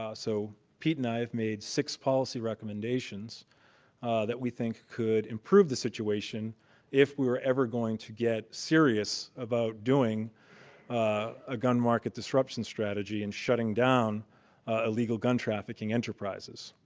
ah so pete and i have made six policy recommendations that we think could improve the situation if we were ever going to get serious about doing a gun market disruption strategy and shutting down illegal gun trafficking enterprises.